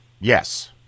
yes